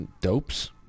dopes